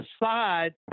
decide